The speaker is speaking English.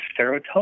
serotonin